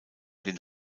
den